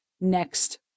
next